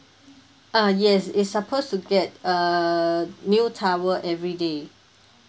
ah yes it's supposed to get a new towel every day